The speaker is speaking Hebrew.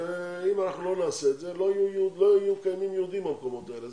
אם אנחנו לא נעשה את זה לא יהיו קיימים יהודים במקומות האלה,